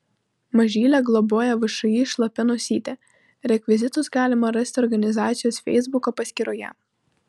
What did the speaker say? mažylę globoja všį šlapia nosytė rekvizitus galima rasti organizacijos feisbuko paskyroje